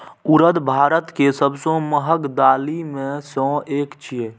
उड़द भारत के सबसं महग दालि मे सं एक छियै